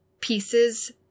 pieces